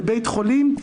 לבית חלום,